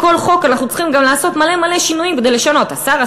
ובכל חוק אנחנו צריכים גם לעשות מלא-מלא שינויים כדי לשנות: השר,